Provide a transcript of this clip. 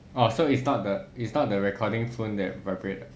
orh so it's not the it's not the recording phone that vibrate